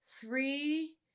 Three